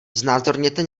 znázorněte